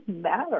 matter